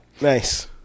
Nice